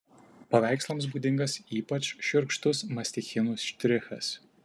paveikslams būdingas ypač šiurkštus mastichinų štrichas